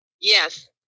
Yes